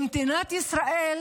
במדינת ישראל